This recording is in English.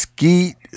Skeet